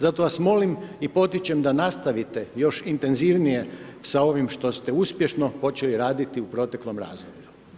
Zato vas molim i potičem da nastavite još intenzivnije, sa ovim što ste uspješno počeli raditi u proteklom razdoblju.